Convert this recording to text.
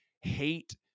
hate